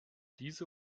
diese